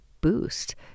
boost